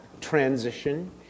transition